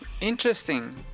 Interesting